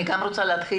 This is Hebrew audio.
אני רוצה לומר